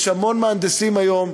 יש המון מהנדסים היום,